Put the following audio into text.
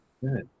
Good